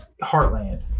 Heartland